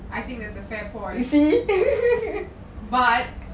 you see